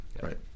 Right